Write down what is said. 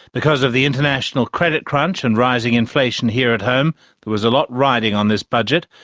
because of the international credit crunch and rising inflation here at home there was a lot riding on this budget.